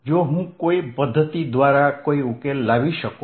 જો હું કોઈ પદ્ધતિ દ્વારા કોઈ ઉકેલ શોધી શકું